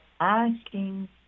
asking